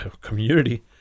community